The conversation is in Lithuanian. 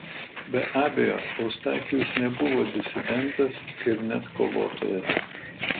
be abejo eustachijus nebuvo disidentas ir net kovotojas